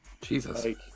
Jesus